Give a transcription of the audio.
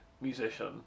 musician